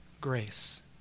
grace